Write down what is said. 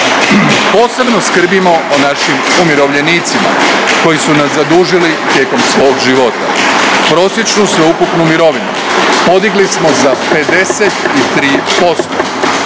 Posebno skrbimo o našim umirovljenicima koji su nas zadužili tijekom svog života. Prosječnu sveukupnu mirovinu podigli smo za 53%,